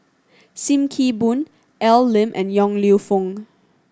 Sim Kee Boon Al Lim and Yong Lew Foong